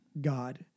God